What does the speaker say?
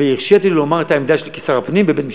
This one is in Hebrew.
הרשיתי לו לומר את העמדה שלי כשר הפנים בבית-המשפט.